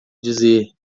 dizer